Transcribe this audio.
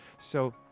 so,